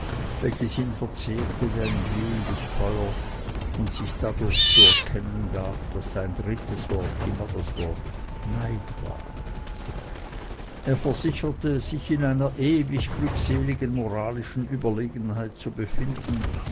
verzehrte wie ein glühendes feuer und sich dadurch zu erkennen gab daß sein drittes wort immer das wort neid war er versicherte sich in einer ewig glückseligen moralischen überlegenheit zu befinden